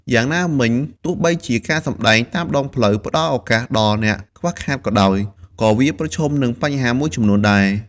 យ៉ាងណាមិញ ទោះបីជាការសម្ដែងតាមដងផ្លូវផ្តល់ឱកាសដល់អ្នកខ្វះខាតក៏ដោយ ក៏វាប្រឈមនឹងបញ្ហាមួយចំនួនដែរ។